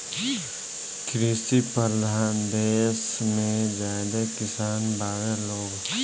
कृषि परधान देस मे ज्यादे किसान बावे लोग